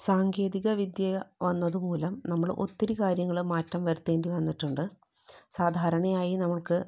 സാങ്കേതിക വിദ്യ വന്നതുമൂലം നമ്മൾ ഒത്തിരി കാര്യങ്ങൾ മാറ്റം വരുത്തേണ്ടി വന്നിട്ടുണ്ട് സാധാരണയായി നമുക്ക്